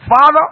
Father